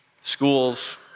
schools